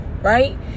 right